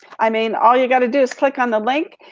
i mean all you gotta do is click on the link,